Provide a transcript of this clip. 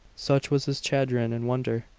such was his chagrin and wonder.